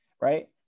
Right